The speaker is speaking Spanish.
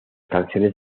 canciones